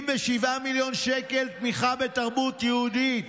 77 מיליון שקל, תמיכה בתרבות יהודית.